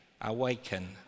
awaken